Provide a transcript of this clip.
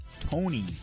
Tony